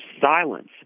silence